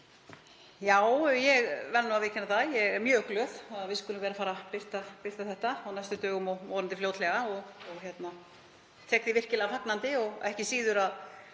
Já, ég verð nú að viðurkenna það að ég er mjög glöð að við skulum vera að fara að birta þetta á næstu dögum og vonandi fljótlega. Ég tek því virkilega fagnandi og ekki síður að